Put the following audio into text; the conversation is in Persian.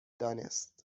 دانست